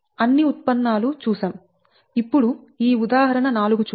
అన్ని ఉత్పన్నాలు చూశాం ఇప్పుడు ఈ ఉదాహరణ 4 చూడండి